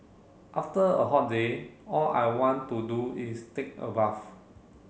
after a hot day all I want to do is take a bath